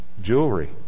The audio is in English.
jewelry